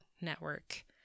Network